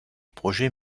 projet